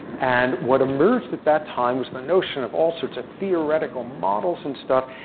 and what emerged at that time was the notion of all sorts of theoretical models and stuff.